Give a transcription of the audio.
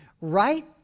Right